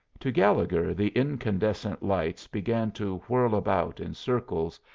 to gallegher the incandescent lights began to whirl about in circles,